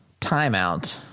timeout